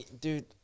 Dude